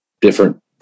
different